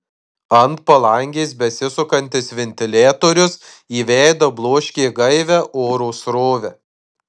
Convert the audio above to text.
ant palangės besisukantis ventiliatorius į veidą bloškė gaivią oro srovę